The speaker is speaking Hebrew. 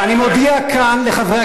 מייד החוצה.